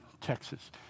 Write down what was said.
Texas